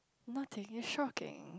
nothing is shocking